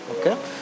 Okay